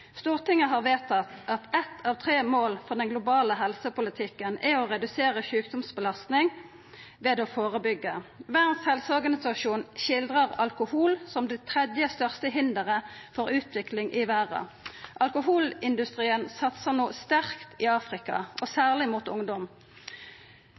Stortinget har vedtatt at eitt av tre mål for den globale helsepolitikken er å redusera sjukdomsbelasting ved å førebyggja. Verdas helseorganisasjon skildrar alkohol som det tredje største hinderet for utvikling i verda. Alkoholindustrien satsar no sterkt i Afrika, og